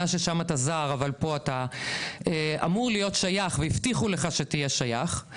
ששם אתה זר אבל פה אתה אמור להיות שייך והבטיחו לך שתהיה שייך.